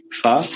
fa